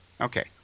Okay